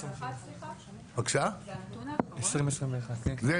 זה הנתון האחרון?